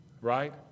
right